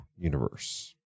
universe